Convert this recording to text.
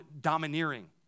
domineering